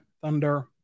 thunder